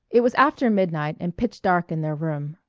it was after midnight and pitch dark in their room.